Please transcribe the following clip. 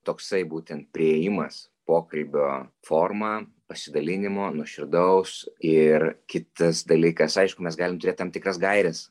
toksai būtent priėjimas pokalbio forma pasidalinimo nuoširdaus ir kitas dalykas aišku mes galim turėt tam tikras gaires